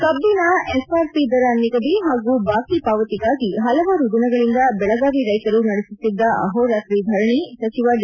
ಕಬ್ಬಿನ ಎಫ್ಆರ್ಪಿ ದರ ನಿಗದಿ ಹಾಗೂ ಬಾಕಿ ಪಾವತಿಗಾಗಿ ಹಲವಾರು ದಿನಗಳಿಂದ ಬೆಳಗಾವಿ ರೈತರು ನಡೆಸುತ್ತಿದ್ದ ಅಹೋ ರಾತ್ರಿ ಧರಣಿ ಸಚಿವ ಡಿ